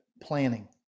planning